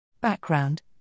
Background